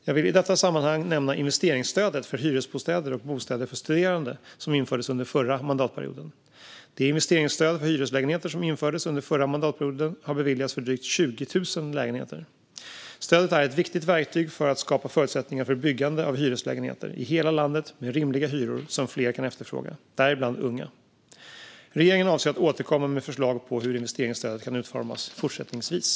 Jag vill i detta sammanhang nämna investeringsstödet för hyresbostäder och bostäder för studerande, som infördes under förra mandatperioden. Det investeringsstöd för hyreslägenheter som infördes under förra mandatperioden har beviljats för drygt 20 000 lägenheter. Stödet är ett viktigt verktyg för att skapa förutsättningar för byggande av hyreslägenheter i hela landet med rimliga hyror som fler kan efterfråga, däribland unga. Regeringen avser att återkomma med förslag på hur investeringsstödet kan utformas fortsättningsvis.